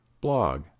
blog